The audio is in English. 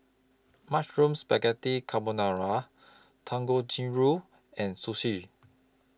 Mushroom Spaghetti Carbonara Dangojiru and Sushi